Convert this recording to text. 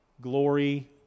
glory